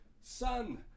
son